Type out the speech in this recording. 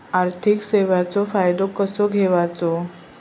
आर्थिक सेवाचो फायदो कसो घेवचो?